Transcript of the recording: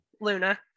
luna